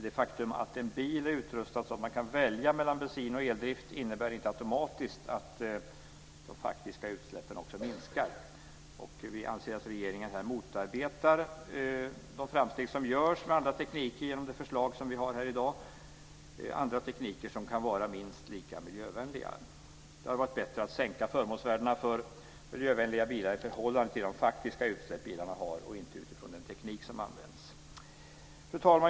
Det faktum att en bil är utrustad så att man kan välja mellan bensin och eldrift innebär inte automatiskt att de faktiska utsläppen minskar. Vi anser att regeringen med sitt förslag motarbetar de framsteg som görs med andra tekniker som kan vara minst lika miljövänliga. Det hade varit bättre att sänka förmånsvärdena för miljövänliga bilar i förhållande till de faktiska utsläpp bilarna har och inte utifrån den teknik som används. Fru talman!